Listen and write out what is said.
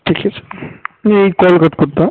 ठीक आहे सर मी कॉल कट करतो आं